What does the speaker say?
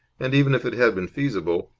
and, even if it had been feasible,